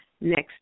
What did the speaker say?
next